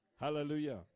hallelujah